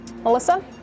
Melissa